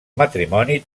matrimoni